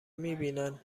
میبینن